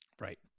Right